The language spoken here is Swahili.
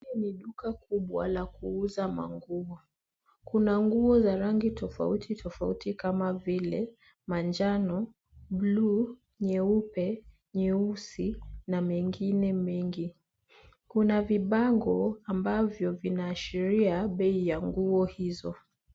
Hii ni duka kubwa la kuuza manguo, kuna nguo za rangi tofauti tofauti kama vile manjano, buluu, nyeupe, nyeusi na mengine mengi. Kuna vibango ambavyo vinaashiria bei ya nguo hizo.